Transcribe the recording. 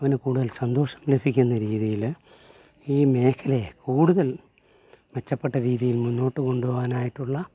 അവന് കൂടുതൽ സന്തോഷം ലഭിക്കുന്ന രീതിയിൽ ഈ മേഖലയെ കൂടുതൽ മെച്ചപ്പെട്ട രീതിയിൽ മുന്നോട്ട് കൊണ്ടുപോകാനായിട്ടുള്ള